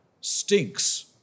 stinks